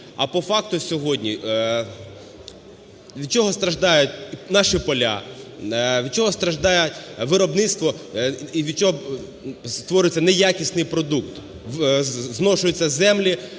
А по факту сьогодні: від чого страждають наші поля, від чого страждає виробництво і від чого створюється неякісний продукт, зношуються землі,